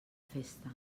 festa